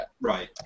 Right